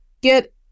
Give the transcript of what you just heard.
get